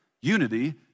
unity